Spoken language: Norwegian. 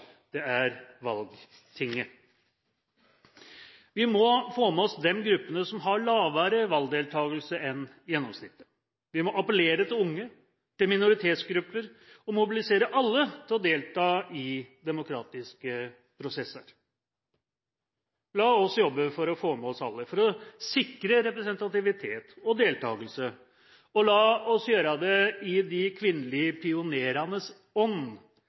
det er valgtinget. Vi må få med oss de gruppene som har lavere valgdeltakelse enn gjennomsnittet. Vi må appellere til unge, til minoritetsgrupper og mobilisere alle til å delta i demokratiske prosesser. La oss jobbe for å få med oss alle, for å sikre representativitet og deltakelse, og la oss gjøre det i de kvinnelige pionerenes ånd